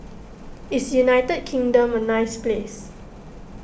is United Kingdom a nice place